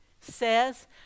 says